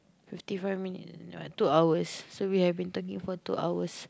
fifty five minutes that one two hours so we have been talking two hours